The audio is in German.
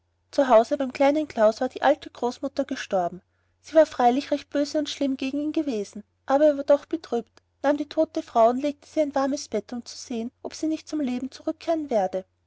zu hause beim kleinen klaus war die alte groß mutter gestorben sie war freilich recht böse und schlimm gegen ihn gewesen aber er war doch betrübt nahm die tote frau und legte sie in ein warmes bett um zu sehen ob sie nicht zum leben zurückkehren werde